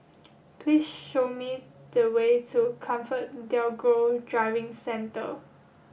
please show me the way to ComfortDelGro Driving Centre